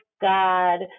God